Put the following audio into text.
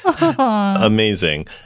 Amazing